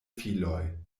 filoj